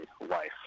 life